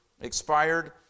expired